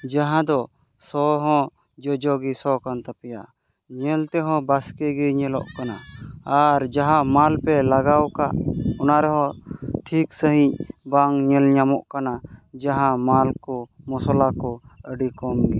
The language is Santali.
ᱡᱟᱦᱟᱸᱫᱚ ᱥᱚ ᱦᱚᱸ ᱡᱚᱡᱚᱜ ᱥᱚ ᱠᱟᱱ ᱛᱟᱯᱮᱭᱟ ᱧᱮᱞ ᱛᱮᱦᱚᱸ ᱵᱟᱥᱠᱮ ᱜᱮ ᱧᱮᱞᱚᱜ ᱠᱟᱱᱟ ᱟᱨ ᱡᱟᱦᱟᱸ ᱢᱟᱞ ᱯᱮ ᱞᱟᱜᱟᱣ ᱟᱠᱟᱫ ᱚᱱᱟ ᱨᱮᱦᱚᱸ ᱴᱷᱤᱠ ᱥᱟᱺᱦᱤᱡ ᱵᱟᱝ ᱧᱮᱞ ᱧᱟᱢᱚᱜ ᱠᱟᱱᱟ ᱡᱟᱦᱟᱸ ᱢᱟᱞ ᱠᱚ ᱢᱚᱥᱞᱟ ᱠᱚ ᱟᱹᱰᱤ ᱠᱚᱢ ᱜᱮ